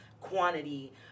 quantity